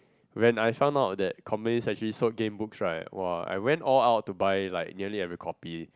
when I found out that actually sold game books right !wah! I went all out to buy like nearly every copy